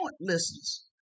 listeners